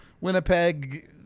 Winnipeg